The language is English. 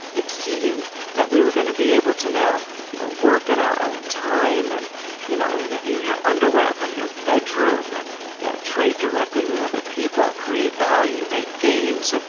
it seemed that we were going to be able to now you know work in our own time and you know in your in your underwear from your bedroom and yeah trade directly with other people, create value, make games,